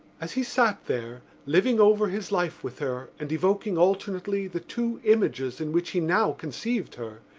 as he sat there, living over his life with her and evoking alternately the two images in which he now conceived her,